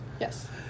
yes